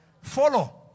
Follow